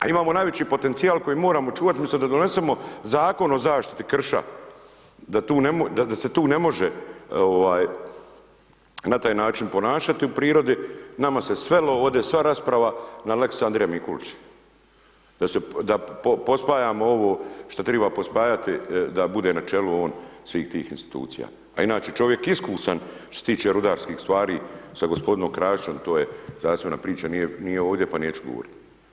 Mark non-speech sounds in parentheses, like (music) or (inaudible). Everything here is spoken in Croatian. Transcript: A imamo najveći potencijal koji moramo čuvati, umjesto da donesemo zakon o zaštiti krša, da se tu ne može na taj način ponašati u prirodi, nama sve svelo ovdje sva rasprava na lex Andrija Mikulić, da pospajamo ovo što treba pospajati, da bude na čelu on svih tih institucija, a inače čovjek iskusan što se tiče rudarskih stvari sa ... (unintelligible) to je znanstvena priča, nije ovdje pa neću govoriti.